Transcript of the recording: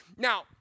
Now